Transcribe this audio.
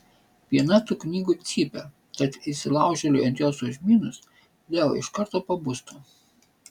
viena tų knygų cypia tad įsilaužėliui ant jos užmynus leo iš karto pabustų